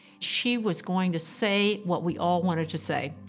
she was going to say what we all wanted to say.